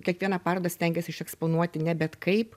kiekvieną parodą stengiesi išeksponuoti ne bet kaip